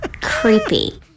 Creepy